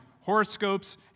horoscopes